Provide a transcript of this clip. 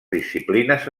disciplines